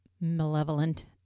malevolent